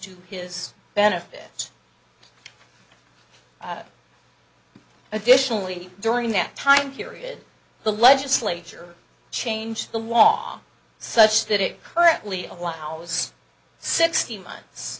to his benefit additionally during that time period the legislature changed the law such that it currently allows sixteen months